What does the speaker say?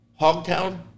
Hogtown